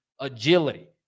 agility